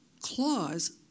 clause